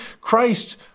Christ